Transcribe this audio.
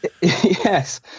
Yes